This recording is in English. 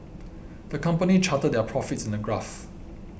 the company charted their profits in a graph